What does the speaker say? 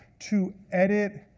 to edit